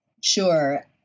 Sure